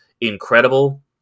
incredible